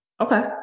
Okay